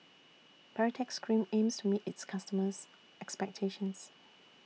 Baritex Cream aims to meet its customers' expectations